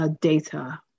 data